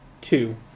two